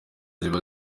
ziba